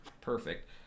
Perfect